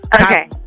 Okay